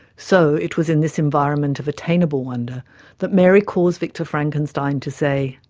so it was in this environment of attainable wonder that mary caused victor frankenstein to say